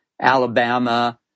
Alabama